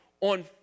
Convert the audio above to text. on